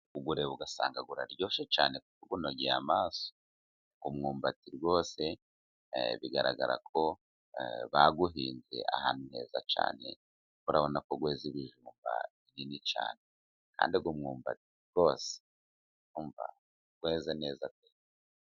Kuwureba ugasanga uraryoshye cyane, kuko unogeye amaso, umwumbati rwose bigaragara ko bawuhinze ahantu heza cyane, urabona ko weze ibijumba binini cyane, kandi uyu mwumbati rwose, umva weza neza pe!